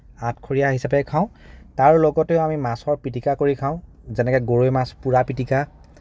আঠখৰীয়া হিচাপে খাওঁ তাৰ লগতেও আমি মাছৰ পিটিকা কৰি খাওঁ যেনেকে গৰৈ মাছ পূৰা পিটিকা